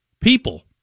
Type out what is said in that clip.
people